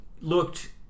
looked